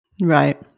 Right